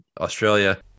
Australia